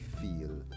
feel